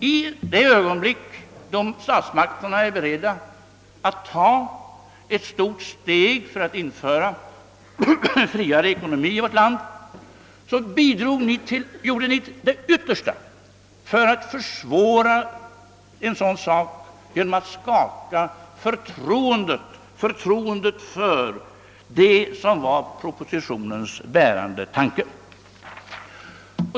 I det ögonblick då statsmakterna var beredda att ta ett stort steg för att införa friare ekonomi i vårt land gjorde ni ert yttersta för att försvåra sådana åtgärder genom att skaka förtroendet för regeringsförslagets bärande tanke.